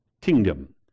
kingdom